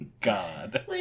God